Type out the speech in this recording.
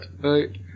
Right